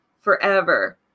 forever